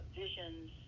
visions